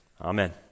amen